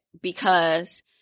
because-